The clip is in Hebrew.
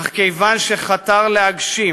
אך כיוון שחתר להגשים